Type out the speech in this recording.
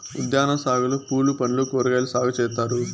ఉద్యాన సాగులో పూలు పండ్లు కూరగాయలు సాగు చేత్తారు